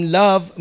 love